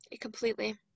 Completely